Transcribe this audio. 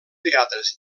teatres